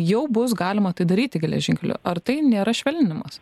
jau bus galima tai daryti geležinkeliu ar tai nėra švelninimas